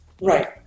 Right